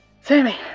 Sammy